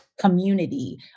community